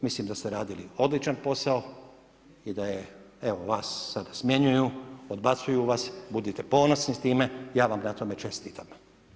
Mislim da ste radili odličan posao i da evo vas sada smjenjuju, odbacuju vas, budite ponosni s time, ja vam na tome čestitam.